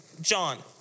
John